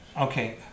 Okay